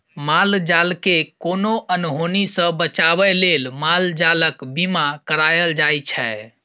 माल जालकेँ कोनो अनहोनी सँ बचाबै लेल माल जालक बीमा कराएल जाइ छै